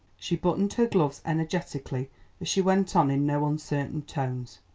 she buttoned her gloves energetically as she went on in no uncertain tones.